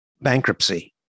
bankruptcy